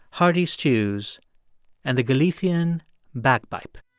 hardy stews and the galician bagpipe